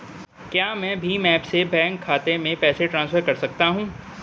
क्या मैं भीम ऐप से बैंक खाते में पैसे ट्रांसफर कर सकता हूँ?